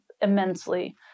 immensely